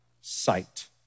Sight